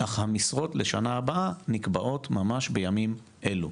אך המשרות לשנה הבאה נקבעות ממש בימים אלו.